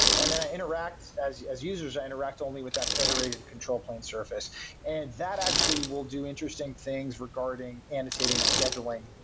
and then i interact as as users interact only with that federated control plane surface and that actually will do interesting things regarding and dictating the scheduling,